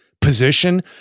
position